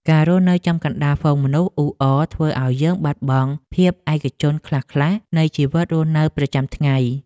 ការរស់នៅចំកណ្តាលហ្វូងមនុស្សអ៊ូអរធ្វើឱ្យយើងបាត់បង់ភាពឯកជនខ្លះៗនៃជីវិតរស់នៅប្រចាំថ្ងៃ។